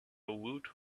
woot